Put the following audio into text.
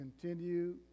continue